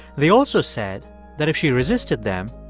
they also said that if she resisted them,